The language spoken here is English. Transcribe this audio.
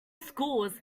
schools